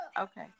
okay